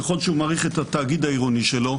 ככל שהוא מעריך את התאגיד העירוני שלו,